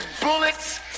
bullets